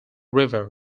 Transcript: river